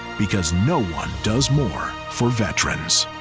because, no one does more for veterans.